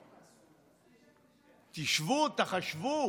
תשבו, תחשבו.